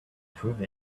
prove